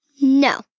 No